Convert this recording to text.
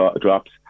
drops